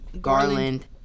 Garland